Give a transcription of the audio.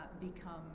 become